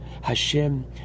Hashem